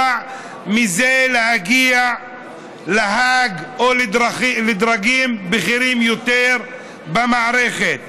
מזה להגיע להאג או לדרגים בכירים יותר במערכת.